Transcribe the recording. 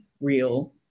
real